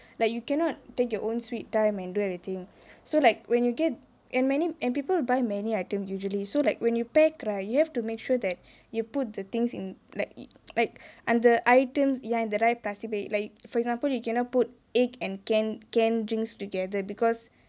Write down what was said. like you cannot take your own sweet time and do everything so like when you get and many many people buy many items usually so like when you pack right you have to make sure that you put the things in like like like the items ya in the right plastic bag like for example you cannot put egg and canned canned drinks together because